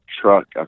truck